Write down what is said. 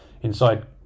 inside